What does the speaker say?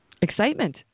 Excitement